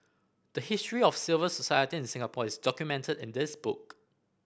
the history of civil society in Singapore is documented in this book